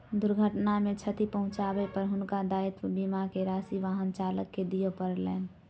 दुर्घटना मे क्षति पहुँचाबै पर हुनका दायित्व बीमा के राशि वाहन चालक के दिअ पड़लैन